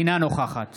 אינה נוכחת